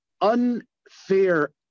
unfair